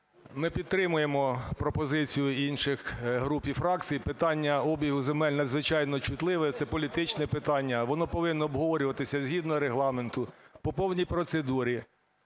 Ми підтримуємо пропозицію інших груп і фракцій. Питання обігу земель надзвичайно чутливе, це політичне питання. Воно повинно обговорюватись згідно Регламенту по повній процедурі.